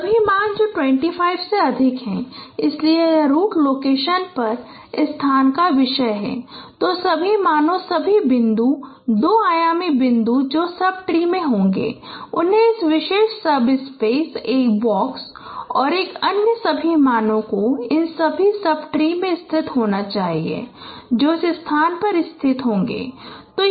तो सभी मान जो 25 से अधिक हैं इसलिए यह रूट लोकेशन पर स्थान का विषय है तो सभी मानों सभी बिंदु दो आयामी बिंदु जो सब ट्री में होंगे उन्हें इस विशेष सबस्पेस एक बॉक्स और अन्य सभी मानों इन सभी सब ट्री में स्थित होना चाहिए जो इस स्थान पर स्थित होना चाहिए